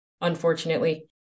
unfortunately